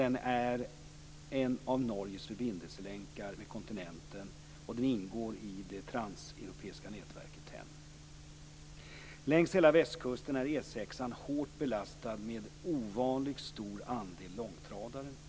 Den är också en av Norges förbindelselänkar med kontinenten och den ingår i det transeuropeiska nätverket TEN. Längs hela västkusten är E 6:an hårt belastad med en ovanligt stor andel långtradare.